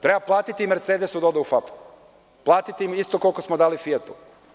Treba platiti „Mercedesu“ da ode u „FAP“, platiti im isto koliko smo dali „Fijatu“